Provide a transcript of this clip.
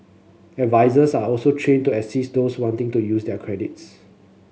advisers are also trained to assist those wanting to use their credits